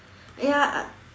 ya